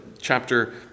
chapter